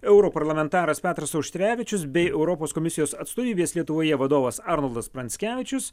europarlamentaras petras auštrevičius bei europos komisijos atstovybės lietuvoje vadovas arnoldas pranckevičius